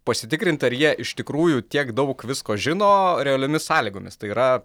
pasitikrinti ar jie iš tikrųjų tiek daug visko žino realiomis sąlygomis tai yra